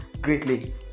greatly